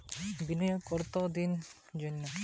সল্প মেয়াদি বিনিয়োগ কত দিনের জন্য?